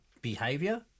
behavior